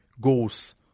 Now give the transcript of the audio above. goals